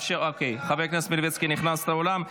חבר הכנסת מלביצקי נכנס לאולם.